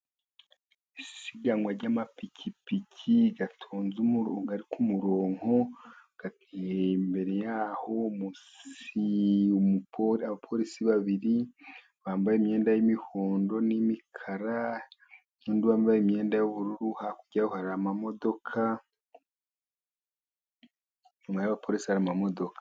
Isiganwa ry' amapikipiki atonze umuronko akiri imbere yaho hari abapolisi babiri, bambaye imyenda y' imihondo n' imikara bambaye imyenda y' ubururu, hakurya hari amamodoka inyuma y' abapolisi hari imodoka.